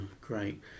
great